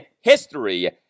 history